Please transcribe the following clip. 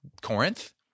Corinth